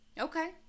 Okay